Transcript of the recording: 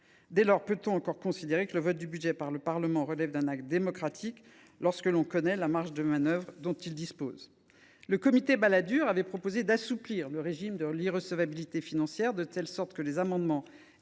Peut on encore considérer que le vote du budget par le Parlement relève d’un acte démocratique lorsque l’on connaît la marge de manœuvre dont il dispose ? Le comité Balladur avait proposé d’assouplir le régime de l’irrecevabilité financière de sorte que les amendements